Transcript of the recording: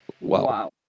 Wow